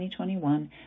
2021